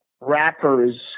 rappers